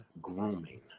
grooming